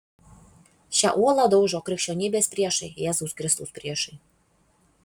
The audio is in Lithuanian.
šią uolą daužo krikščionybės priešai jėzaus kristaus priešai